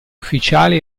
ufficiale